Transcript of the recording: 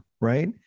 right